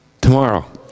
tomorrow